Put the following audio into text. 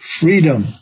Freedom